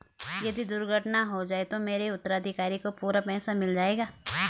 यदि दुर्घटना हो जाये तो मेरे उत्तराधिकारी को पूरा पैसा मिल जाएगा?